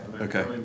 okay